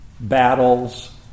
battles